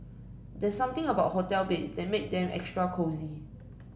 there's something about hotel beds that make them extra cosy